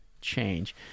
change